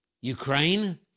Ukraine